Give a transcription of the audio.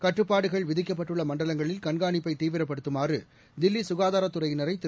கட்டுப்பாடுகள் விதிக்கப்பட்டுள்ள மண்டலங்களில் கண்காணிப்பை தீவிரப்படுத்துமாறு தில்லி சுகாதாரத் துறையினரை திரு